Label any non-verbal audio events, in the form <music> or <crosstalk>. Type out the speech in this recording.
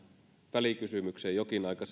välikysymykseen jokin aika <unintelligible>